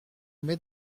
met